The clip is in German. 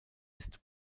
ist